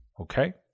Okay